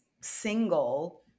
single